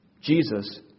Jesus